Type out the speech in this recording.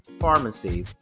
Pharmacy